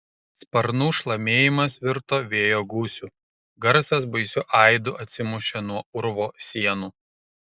sparnų šlamėjimas virto vėjo gūsiu garsas baisiu aidu atsimušė nuo urvo sienų